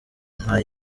nka